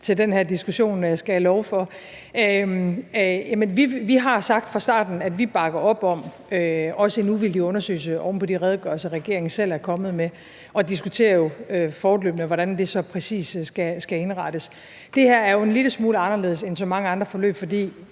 til den her diskussion, skal jeg love for. Vi har sagt fra starten, at vi bakker op om en uvildig undersøgelse oven på de redegørelser, som regeringen selv er kommet med, og diskuterer fortløbende, hvordan det så præcis skal indrettes. Det her er jo en lille smule anderledes end så mange andre forløb, fordi